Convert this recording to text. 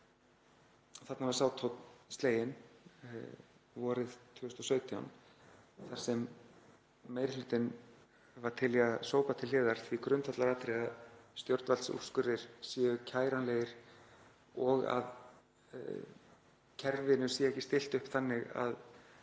Þarna var sá tónn sleginn, vorið 2017, þar sem meiri hlutinn var til í að sópa til hliðar því grundvallaratriði að stjórnvaldsúrskurðir séu kæranlegir og að kerfinu sé ekki stillt upp þannig að